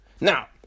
Now